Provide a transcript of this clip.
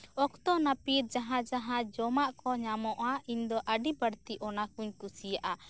ᱚᱠᱛᱚ ᱱᱟᱹᱯᱤᱛ ᱡᱟᱦᱟᱸ ᱡᱟᱦᱟᱸ ᱡᱚᱢᱟᱜ ᱠᱚ ᱧᱟᱢᱚᱜᱼᱟ ᱤᱧᱫᱚ ᱟᱹᱰᱤ ᱵᱟᱹᱲᱛᱤ ᱚᱱᱟᱠᱚᱧ ᱠᱩᱥᱤᱭᱟᱜᱼᱟ